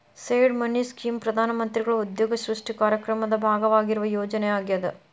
seed money scheme ಪ್ರಧಾನ ಮಂತ್ರಿಗಳ ಉದ್ಯೋಗ ಸೃಷ್ಟಿ ಕಾರ್ಯಕ್ರಮದ ಭಾಗವಾಗಿರುವ ಯೋಜನೆ ಆಗ್ಯಾದ